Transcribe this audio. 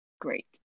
great